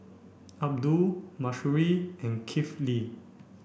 Abdul Mahsuri and Kifli